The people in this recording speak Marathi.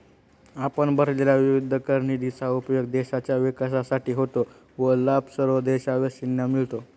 आपण भरलेल्या विविध कर निधीचा उपयोग देशाच्या विकासासाठी होतो व लाभ सर्व देशवासियांना मिळतो